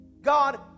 God